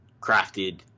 crafted